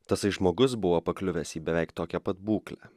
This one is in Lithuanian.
tasai žmogus buvo pakliuvęs į beveik tokią pat būklę